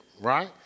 right